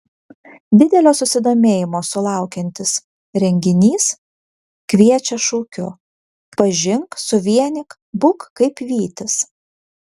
didelio susidomėjimo sulaukiantis renginys kviečia šūkiu pažink suvienyk būk kaip vytis